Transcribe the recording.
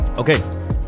Okay